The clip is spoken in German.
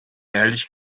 ehrlich